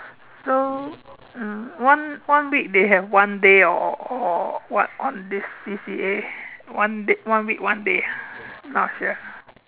so uh one way they have one way all on this C_C_A one way one day